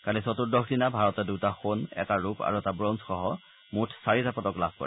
কালি চতুৰ্দশ দিনা ভাৰতে দূটা সোণ এটা ৰূপ আৰু এটা ৱঞ্জসহ মূঠ চাৰিটা পদক লাভ কৰে